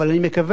אבל אני מקווה,